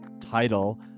title